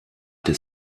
des